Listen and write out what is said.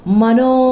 mano